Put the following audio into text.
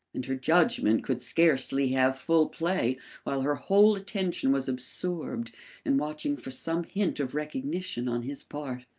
and her judgment could scarcely have full play while her whole attention was absorbed in watching for some hint of recognition on his part.